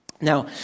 Now